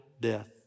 death